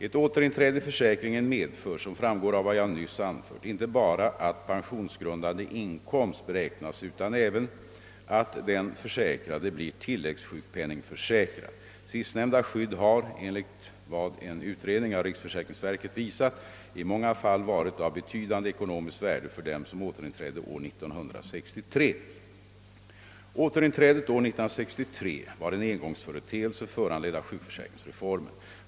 Ett återinträde i försäkringen medför — som framgår av vad jag nyss anfört — inte bara att pensionsgrundande inkomst beräknas utan även att den försäkrade blir tilläggsjukpenningförsäkrad. Sistnämnda skydd har — enligt vad en utredning av riksförsäkringsverket visat — i många fall varit av betydande ekonomiskt värde för dem som återinträdde år 1963. Återinträdet år 1963 var en engångsföreteelse föranledd av sjukförsäkringsreformen.